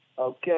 Okay